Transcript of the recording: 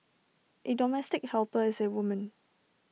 A domestic helper is A woman